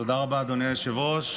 תודה רבה, אדוני היושב-ראש.